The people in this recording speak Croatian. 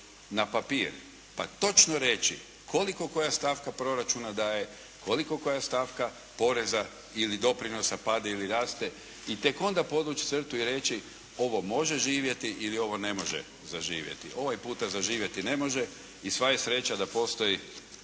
na papir pa točno reći koliko koja stavka proračuna daje, koliko koja stavka poreza ili doprinosa pada ili raste i tek onda podvući crtu i reći ovo može živjeti ili ovo ne može zaživjeti. Ovaj puta zaživjeti ne može i sva je sreća da postoji